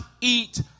eat